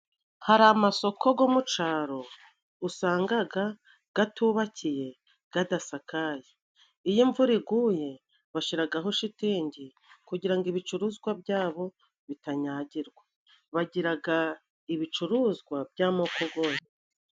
Hari amasoko gwo mu caro usangaga gatubakiye, gadasakaye. Iyo imvura iguye, bashiragaho shitingi kugira ngo ibicuruzwa byabo bitanyagirwa. Bagiraga ibicuruzwa by'amoko gwose.